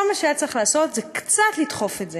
כל מה שהיה צריך לעשות זה קצת לדחוף את זה.